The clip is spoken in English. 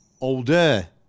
Older